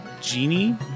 genie